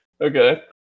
Okay